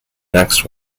next